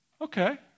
Okay